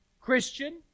Christian